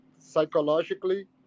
psychologically